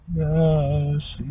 yes